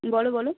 বলো বলো